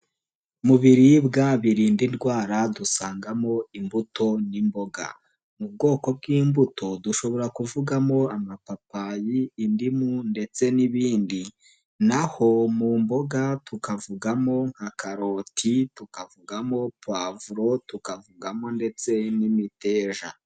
Mu biribwa birinda indwara dusangamo imbuto n'imboga mu bwoko bw'imbuto dushobora kuvugamo amapapayi, indimu ndetse n'ibindi, naho mu mboga tukavugamo nka karoti, tukavugamo pavuro. tukavugamo ndetse n'imiteja.